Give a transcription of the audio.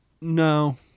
No